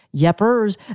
Yepers